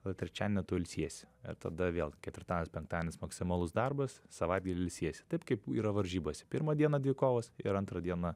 tada trečiadienį tu ilsiesi ir tada vėl ketvirtadienis penktadienis maksimalus darbas savaitgalį ilsiesi taip kaip yra varžybose pirmą dieną dvi kovos ir antrą dieną